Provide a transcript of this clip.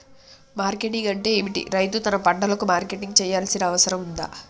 Marketing అంటే ఏమిటి? రైతు తన పంటలకు మార్కెటింగ్ చేయాల్సిన అవసరం ఉందా?